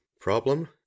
problem